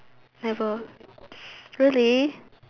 never really